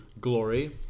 Glory